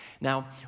now